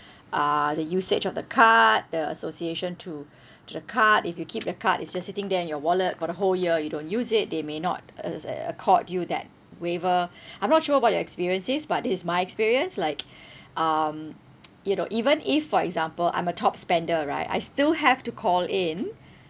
uh the usage of the card the association to to the card if you keep the card it's just sitting there in your wallet for the whole year you don't use it they may not as uh accord you that waiver I'm not sure about your experiences but this is my experience like um you know even if for example I'm a top spender right I still have to call in